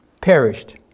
perished